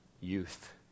youth